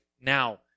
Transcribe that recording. now